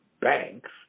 banks